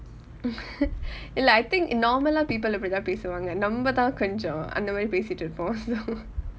இல்லை:illai I think normal ah people இப்படி தான் பேசுவாங்க நம்ம தான் கொஞ்சம் அந்த மாதிரி பேசிட்டு இருப்போம்:ippadi thaan pesuvaanga namma thaan koncham antha maathiri pesittu irupom